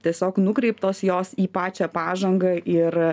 tiesiog nukreiptos jos į pačią pažangą ir